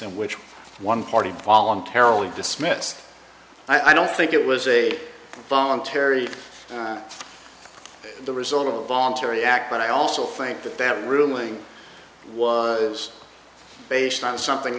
in which one party voluntarily dismissed i don't think it was a voluntary the result of a voluntary act but i also think that that ruling was based on something